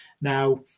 Now